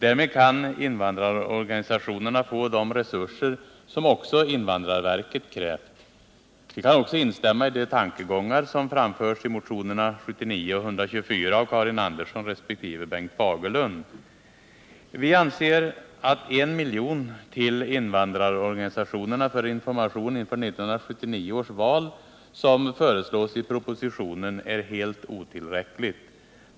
Därmed kan invandrarorganisationerna få de resurser som också invandrarverket krävt. Vi kan också instämma i de tankegångar som framförs i motionerna 79 och 124 av Karin Andersson resp. Bengt Fagerlund m.fl. Vi anser att I miljon till invandrarorganisationerna för information inför 1979 års val, som föreslås i propositionen, är helt otillräckligt.